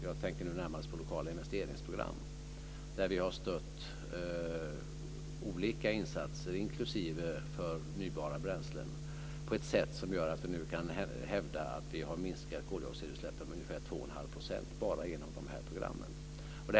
Jag tänker nu närmast på lokala investeringsprogram, där vi har stött olika insatser inklusive förnybara bränslen på ett sätt som gör att vi nu kan hävda att vi har minskat koldioxidutsläppen med ungefär 2 1⁄2 % bara genom de här programmen.